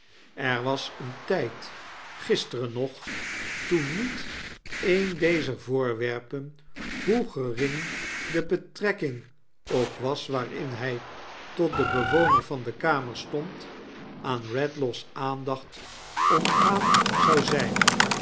er was een tigd gisteren nog toen niet een dezer voorwerpeh hoe gering de bebetrekking ook was waarin hg tot den bewoner van de kamer stond aan redlaw's aandacht ontgaan zou zn